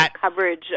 coverage